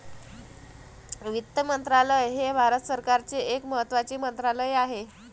वित्त मंत्रालय हे भारत सरकारचे एक महत्त्वाचे मंत्रालय आहे